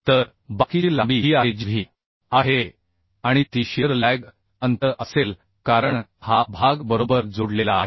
तर बाकीची लांबी ही आहे जी w आहे आणि ती शिअर लॅग अंतर असेल कारण हा भाग बरोबर जोडलेला आहे